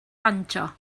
banjo